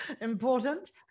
Important